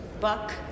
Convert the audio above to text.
Buck